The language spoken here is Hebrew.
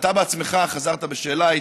אתה בעצמך חזרת בשאלה.